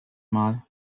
mal